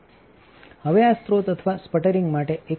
હવે આ સ્રોત અથવાsputteringમાટે એકશું છે